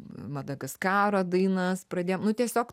madagaskaro dainas pradėjom nu tiesiog